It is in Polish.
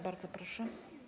Bardzo proszę.